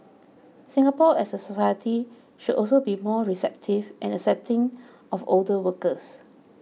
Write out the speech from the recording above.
Singapore as a society should also be more receptive and accepting of older workers